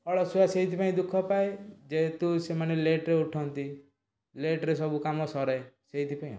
ଅଳସୁଆ ସେଇଥିପାଇଁ ଦୁଃଖପାଏ ଯେହେତୁ ସେମାନେ ଲେଟ୍ରେ ଉଠନ୍ତି ଲେଟ୍ରେ ସବୁ କାମ ସରେ ସେଇଥିପାଇଁ ଆଉ